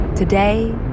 Today